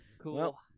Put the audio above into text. Cool